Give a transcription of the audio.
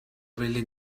really